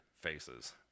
faces